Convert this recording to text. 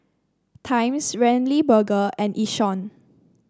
Times Ramly Burger and Yishion